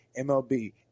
MLB